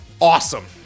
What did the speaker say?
awesome